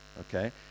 okay